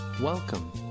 welcome